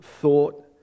thought